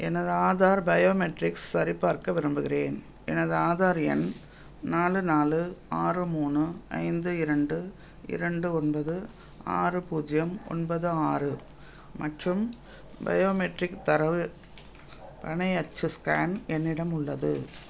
எனது ஆதார் பயோமெட்ரிக்ஸ் சரிபார்க்க விரும்புகிறேன் எனது ஆதார் எண் நாலு நாலு ஆறு மூணு ஐந்து இரண்டு இரண்டு ஒன்பது ஆறு பூஜ்யம் ஒன்பது ஆறு மற்றும் பயோமெட்ரிக் தரவு பனை அச்சு ஸ்கேன் என்னிடம் உள்ளது